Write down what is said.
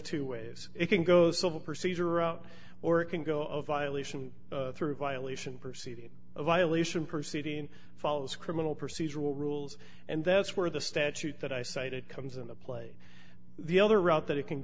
two ways it can go civil procedure out or it can go of violation through violation proceeding a violation proceeding follows criminal procedural rules and that's where the statute that i cited comes into play the other route that it can